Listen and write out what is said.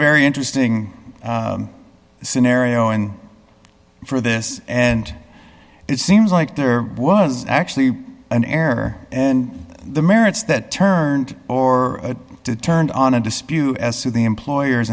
very interesting scenario and for this and it seems like there was actually an error and the merits that turned or to turned on a dispute as to the employer